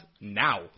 now